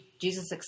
Jesus